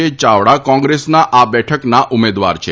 યાવડા કોંગ્રેસના આ બેઠકના ઉમેદવાર છે